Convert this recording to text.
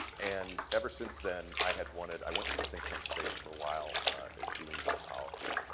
and ever since then i had wanted i went into the think tank space for a while doing health policy,